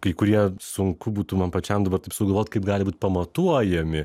kai kurie sunku būtų man pačiam dabar taip sugalvot kaip gali būt pamatuojami